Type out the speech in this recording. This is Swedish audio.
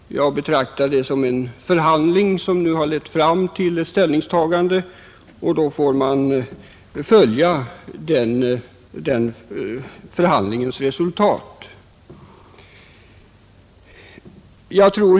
Jag betraktar detta som en förhandling som nu lett fram till ett ställningstagande — och då får man följa förhandlingsresultatet.